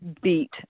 beat